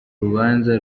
rubanza